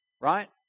Right